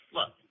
Look